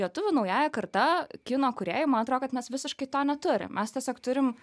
lietuvių naująja karta kino kūrėjai man atrodo kad mes visiškai to neturim mes tiesiog turim